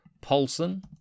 Paulson